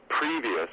previous